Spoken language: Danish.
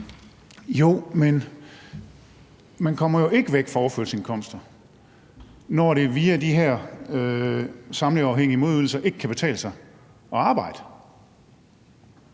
Men man kommer jo ikke væk fra overførselsindkomst, når det via de her samleverafhængige modydelser ikke kan betale sig at arbejde.